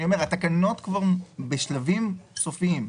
כאן התקנות הן בשלבים סופיים.